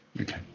okay